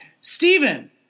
Stephen